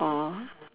oh